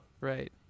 right